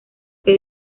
que